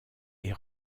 est